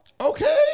Okay